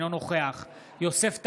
אינו נוכח יוסף טייב,